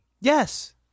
Yes